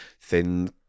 thin